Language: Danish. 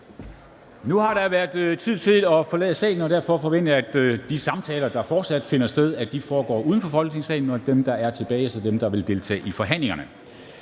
Nu har der været tid til at forlade salen, og derfor forventer jeg, at de samtaler, der fortsat finder sted, foregår uden for Folketingssalen, så de medlemmer, der er tilbage, er dem, der vil deltage i forhandlingerne.